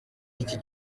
y’iki